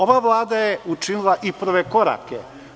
Ova Vlada je učinila prve korake.